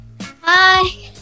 Hi